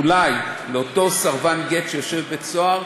אולי לאותו סרבן גט שיושב בבית-הסוהר,